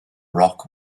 rock